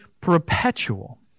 perpetual